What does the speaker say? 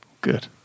Good